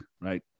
right